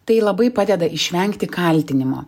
tai labai padeda išvengti kaltinimo